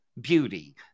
beauty